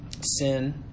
sin